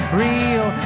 real